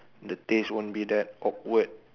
the taste won't be that awkward